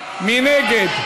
מי נגד?